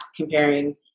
comparing